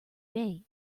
today